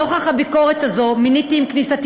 נוכח הביקורת הזו מיניתי עם כניסתי